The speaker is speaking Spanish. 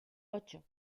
ocho